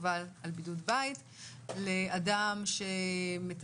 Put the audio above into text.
חובה על בידוד בית לאדם שמטפל,